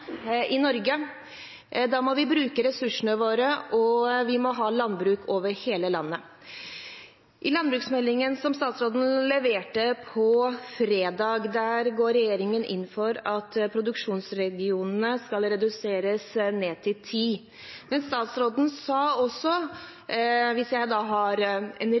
i Norge. Da må vi bruke ressursene våre, og vi må ha landbruk over hele landet. I landbruksmeldingen som statsråden leverte på fredag, går regjeringen inn for at produksjonsregionene skal reduseres til ti. Men statsråden sa også, hvis jeg har en